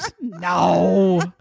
no